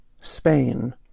Spain